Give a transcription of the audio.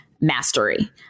mastery